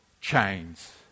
chains